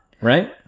right